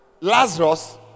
Lazarus